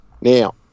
now